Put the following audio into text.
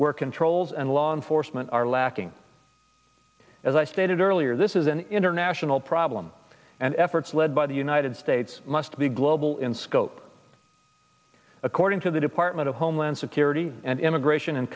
where controls and law enforcement are lacking as i stated earlier this is an international problem and efforts led by the united states must be global in scope according to the department of homeland security and immigration and